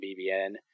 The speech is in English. BBN